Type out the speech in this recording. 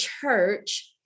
church